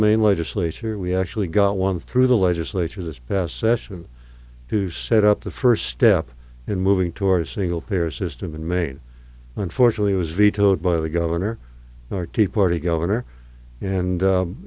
main legislature we actually got one through the legislature this past session to set up the first step in moving towards a single payer system in maine unfortunately it was vetoed by the governor or tea party governor and